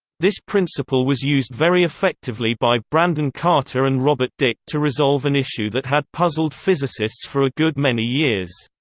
this principle was used very effectively by brandon carter and robert dicke to resolve an issue that had puzzled physicists for a good many years.